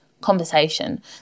conversation